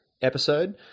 episode